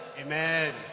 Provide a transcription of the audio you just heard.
Amen